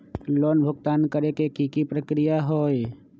Loan भुगतान करे के की की प्रक्रिया होई?